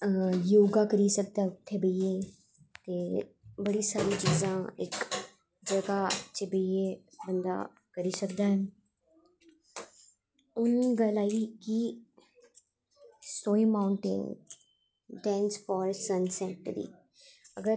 योगा करी सकदा उत्थें बेहियै ते बड़ी सारी चीज़ां इक जगाह् च बेहियै बंदा करी सकदा ऐ होंदा कि माउंटेन डैंसफाल सनसैट दी अगर